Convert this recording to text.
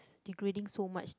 degrading so much